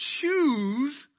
choose